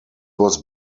was